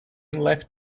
left